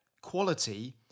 quality